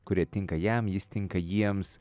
kurie tinka jam jis tinka jiems